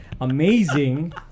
amazing